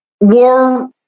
war